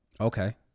Okay